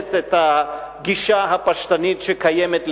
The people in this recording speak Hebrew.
מבטלת את הגישה הפשטנית שקיימת,